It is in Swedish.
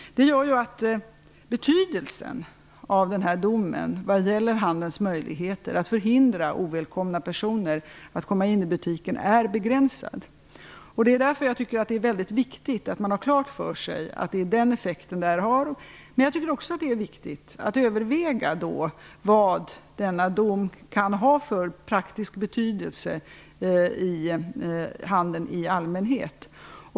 Det gör att betydelsen av den här domen vad gäller handelns möjligheter att förhindra ovälkomna personer att komma in i butiken är begränsad. Det är därför jag tycker att det är mycket viktigt att man har klart för sig att det är den effekten detta har. Men jag tycker också att det är viktigt att överväga vad denna dom kan ha för praktiskt betydelse i handeln i allmänhet.